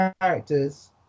characters